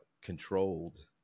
controlled